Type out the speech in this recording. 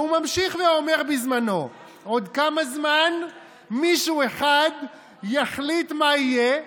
והוא ממשיך ואומר בזמנו: עוד כמה זמן מישהו אחד יחליט מה יהיה?